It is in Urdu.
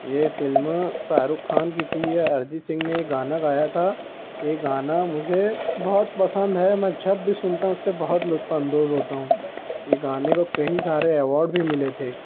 یہ فلم شاہ رخ خان کی تھی یا ارجیت سنگھ نے گانا گایا تھا یہ گانا مجھے بہت پسند ہے میں جب بھی سنتا ہوں اس سے بہت لطف اندوز ہوتا ہوں یہ گانے کو کئی سارے ایوارڈ بھی ملے تھے